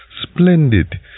splendid